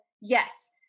yes